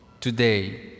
today